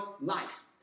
life